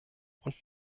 und